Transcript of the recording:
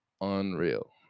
unreal